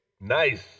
Nice